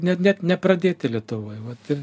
net net nepradėti lietuvoj vat ir